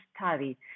study